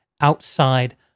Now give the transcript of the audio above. outside